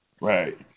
Right